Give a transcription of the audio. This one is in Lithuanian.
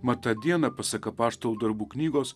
mat tą dieną pasak apaštalų darbų knygos